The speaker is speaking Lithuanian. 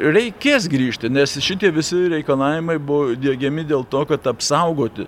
reikės grįžti nes šitie visi reikalavimai buvo diegiami dėl to kad apsaugoti